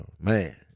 man